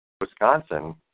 Wisconsin